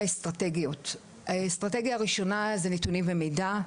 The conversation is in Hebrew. אסטרטגיות: האסטרטגיה הראשונה זה נתונים ומידע,